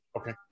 Okay